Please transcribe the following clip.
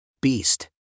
Beast